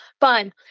fun